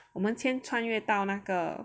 我们先穿越到那个